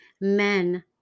men